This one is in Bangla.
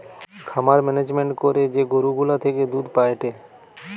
খামার মেনেজমেন্ট করে যে গরু গুলা থেকে দুধ পায়েটে